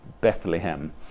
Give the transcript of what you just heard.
Bethlehem